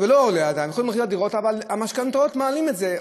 אבל המשכנתאות מעלות את זה.